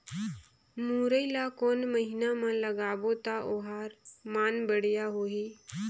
मुरई ला कोन महीना मा लगाबो ता ओहार मान बेडिया होही?